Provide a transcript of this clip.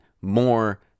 more